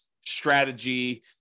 strategy